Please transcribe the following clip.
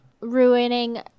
ruining